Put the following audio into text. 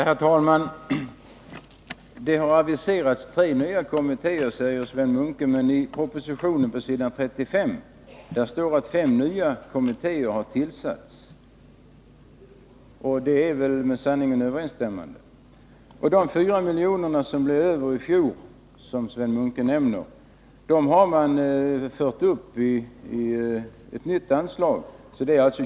Herr talman! Det har aviserats 3 nya kommittéer, säger Sven Munke. Men pås. 35 i propositionen står det att 5 nya kommittéer har tillsatts, och det är väl med sanningen överensstämmande. De 4 miljoner som blev över i fjol har man fört upp i ett nytt anslag.